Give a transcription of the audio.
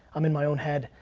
i'm in my own head.